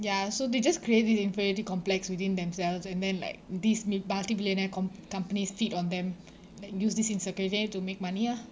ya so they just create this inferiority complex within themselves and then like this mi~ multibillionaire com~ companies feed on them like use this insecurity to make money ah